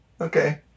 Okay